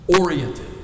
oriented